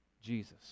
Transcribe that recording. Jesus